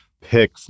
pick